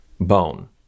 bone